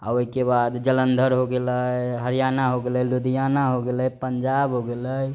आ ओइके बाद जलन्धर हो गेलै हरियाणा हो गेलै लुधियाना हो गेलै पंजाब हो गेलै